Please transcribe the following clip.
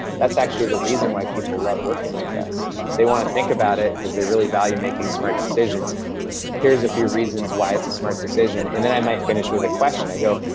that's actually the reason why people love working with us. they want to think about it because we really value making smart decisions here's a few reasons why it's a smart decision. and then i might finish with a question. i go,